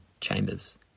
Chambers